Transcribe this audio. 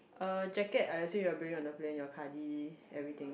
uh jacket I assume you are bringing on the plane your cardi~ everything